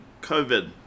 COVID